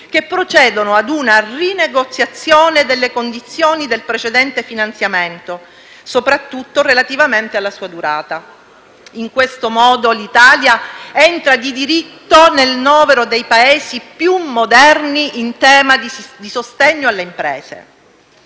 che procedono a una rinegoziazione del precedente finanziamento, soprattutto relativamente alla sua durata. In questo modo, l'Italia entra di diritto nel novero dei Paesi più moderni in tema di sostegno alle imprese.